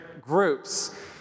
groups